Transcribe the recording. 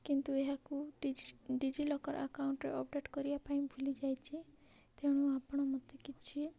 କିନ୍ତୁ ଏହାକୁ ଡିଜି ଡିଜିଲକର୍ ଆକାଉଣ୍ଟ୍ରେ ଅପ୍ଡ଼େଟ୍ କରିବା ପାଇଁ ଭୁଲି ଯାଇଛି ତେଣୁ ଆପଣ ମୋତେ କିଛି